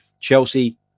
Chelsea